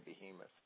behemoth